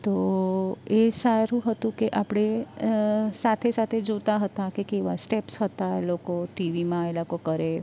તો એ સારું હતું કે આપણે સાથે સાથે જોતા હતા કે કેવા સ્ટેપ્સ હતા એ લોકો ટીવીમાં એ લાકો કરે